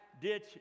ditch